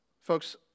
Folks